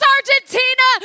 Argentina